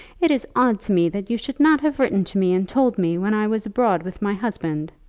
it is odd to me that you should not have written to me and told me when i was abroad with my husband.